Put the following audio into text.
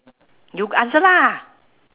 you answer lah